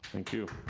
thank you,